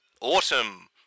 Autumn